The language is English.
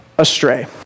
astray